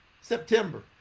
September